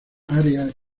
área